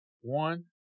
One